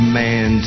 man